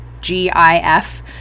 g-i-f